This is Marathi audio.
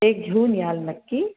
ते घेऊन याल नक्की